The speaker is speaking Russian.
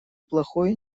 плохой